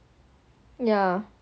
yeah